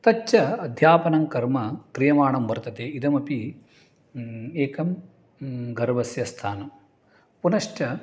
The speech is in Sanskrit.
तच्च अध्यापनं कर्म क्रियमाणं वर्तते इदमपि एकं गर्वस्यस्थानं पुनश्च